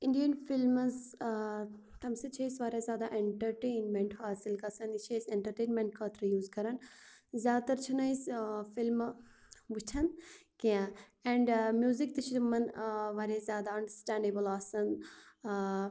Indian films ٲں تَمہِ سۭتۍ چھِ اسہِ واریاہ زیادٕ ایٚنٹرٹینمیٚنٛٹ حاصل گَژھان یہِ چھِ أسۍ ایٚنٹرٹینمیٚنٛٹ خٲطرٕ یوٗز کران زیادٕ تر چھِنہٕ أسۍ ٲں فلمہٕ وُچھان کیٚنٛہہ اینٛڈ ٲں میٛوٗزِک تہِ چھُ تِمن ٲں واریاہ زیادٕ انڈرسٹینٛڈیبٕل آسان ٲں